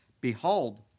behold